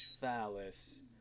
phallus